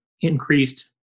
increased